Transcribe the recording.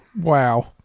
Wow